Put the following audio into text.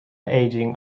aging